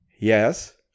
yes